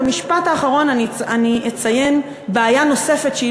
ובמשפט האחרון אני אציין בעיה נוספת שהיא